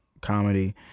comedy